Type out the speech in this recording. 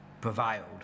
prevailed